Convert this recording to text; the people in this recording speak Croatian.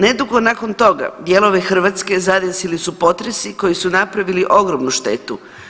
Nedugo nakon toga dijelove Hrvatske zadesili su potresi koji su napravili ogromnu štetu.